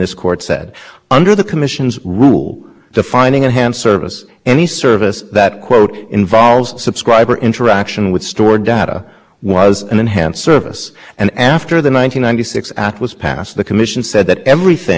into the text of the act that said it should be unfettered by federal regulation and the federal regulation that congress was talking about surely included at least the common carrier regulation from which these services had historically been shielded